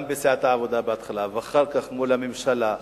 בסיעת העבודה בהתחלה ואחר כך מול הממשלה,